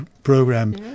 Program